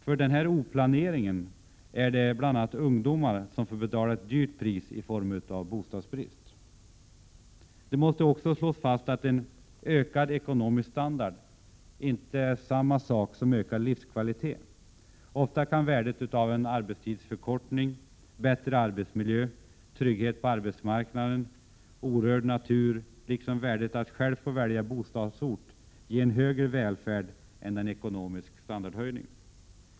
För denna brist på planering är det bl.a. ungdomar som får betala ett dyrt pris i form av bostadsbristen. Det måste också slås fast att en ökad ekonomisk standard inte är samma sak som ökad livskvalitet. Ofta kan värdet av en arbetstidsförkortning, bättre arbetsmiljö, trygghet på arbetsmarknaden, orörd natur liksom värdet av att själv få välja bostadsort ge en högre välfärd än en ekonomisk standardhöjning.